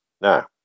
now